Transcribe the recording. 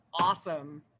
awesome